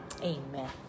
amen